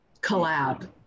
collab